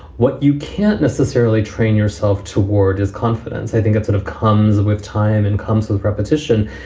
what you can't necessarily train yourself toward is confidence. i think it sort of comes with time and comes with repetition.